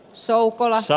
soukolansa